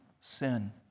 sin